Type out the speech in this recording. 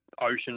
ocean